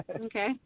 Okay